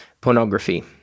Pornography